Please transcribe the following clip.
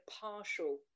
partial